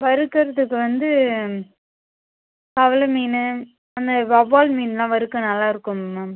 வறுக்குறதுக்கு வந்து தவளை மீனு அந்த வவ்வால் மீன்லாம் வறுக்க நல்லாயிருக்குங்க மேம்